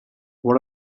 what